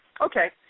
Okay